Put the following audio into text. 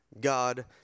God